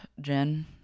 Jen